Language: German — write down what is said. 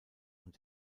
und